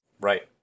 Right